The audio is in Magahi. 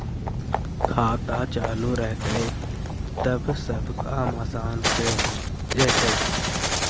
खाता चालु रहतैय तब सब काम आसान से हो जैतैय?